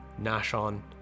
Nashon